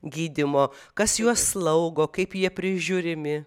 gydymo kas juos slaugo kaip jie prižiūrimi